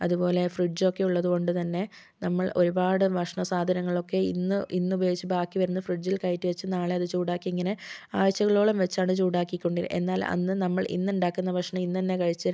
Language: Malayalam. അതുപോലെ ഫ്രിഡ്ജ് ഒക്കേ ഉള്ളതുകൊണ്ട് തന്നേ നമ്മൾ ഒരുപാട് ഭക്ഷണസാധനങ്ങളൊക്കെ ഇന്ന് ഇന്ന് ഉപയോഗിച്ച് ബാക്കി വരുന്ന ഫ്രിഡ്ജിൽ കയറ്റിവെച്ച് നാളെ അത് ചൂടാക്കി ഇങ്ങനെ ആഴ്ചകളോളം വെച്ചാണ് ചൂടാക്കിക്കൊണ്ട് എന്നാൽ അന്ന് നമ്മൾ ഇന്ന് ഉണ്ടാക്കുന്ന ഭക്ഷണം ഇന്ന് തന്നേ കഴിച്ച്